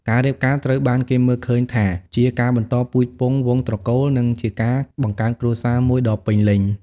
ការរៀបការត្រូវបានគេមើលឃើញថាជា ការបន្តពូជពង្សវង្សត្រកូល និងជាការ បង្កើតគ្រួសារមួយដ៏ពេញលេញ។